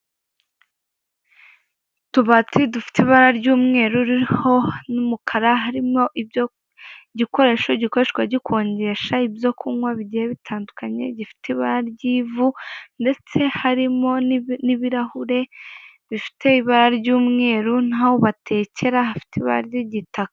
Utubati dufite ibara ry'umweru, ririho n'umukara harimo ibyo, igikoresho gikoreshwa gikonjesha, ibyo kunywa bigiye bitandukanye gifite ibara ry'ivu, ndetse harimo n'ibirahure bifite ibara ry'umweru n'aho batekera hafite ibara ry'igitaka.